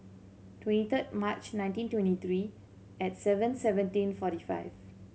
twenty third March nineteen twenty three eight seven seventeen forty five